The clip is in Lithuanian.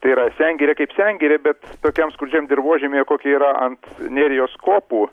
tai yra sengirė kaip sengirė bet tokiam skurdžiam dirvožemiui kokie yra ant nerijos kopų